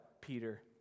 Peter